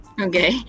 Okay